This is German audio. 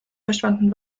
verschwanden